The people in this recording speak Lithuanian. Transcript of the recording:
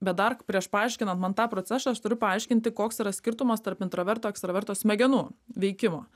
bet dar prieš paaiškinant man tą procesą aš turiu paaiškinti koks yra skirtumas tarp intraverto ekstraverto smegenų veikimo